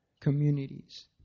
communities